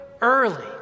early